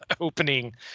opening